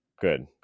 Good